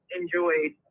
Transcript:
enjoyed